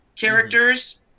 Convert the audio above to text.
characters